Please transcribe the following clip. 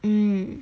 mm